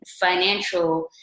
financial